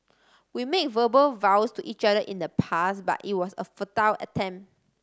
we made verbal vows to each other in the past but it was a futile attempt